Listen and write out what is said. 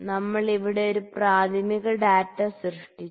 നമ്മൾ ഇവിടെ ഒരു പ്രാഥമിക ഡാറ്റ സൃഷ്ടിച്ചു